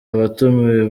abatumiwe